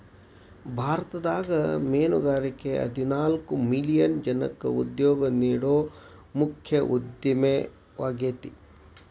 ಭಾರತದಾಗ ಮೇನುಗಾರಿಕೆ ಹದಿನಾಲ್ಕ್ ಮಿಲಿಯನ್ ಜನಕ್ಕ ಉದ್ಯೋಗ ನೇಡೋ ಮುಖ್ಯ ಉದ್ಯಮವಾಗೇತಿ